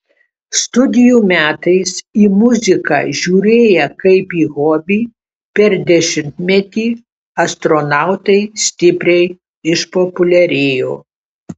studijų metais į muziką žiūrėję kaip į hobį per dešimtmetį astronautai stipriai išpopuliarėjo